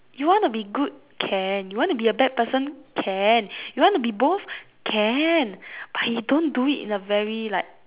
you want to be good can you want to be a bad person can you want to be both can but you don't do it in a very like